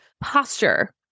posture